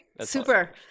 Super